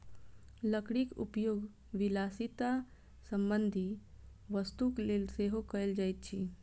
लकड़ीक उपयोग विलासिता संबंधी वस्तुक लेल सेहो कयल जाइत अछि